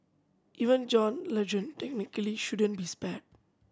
even John Legend technically shouldn't be spared